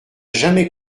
jamais